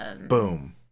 Boom